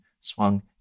swung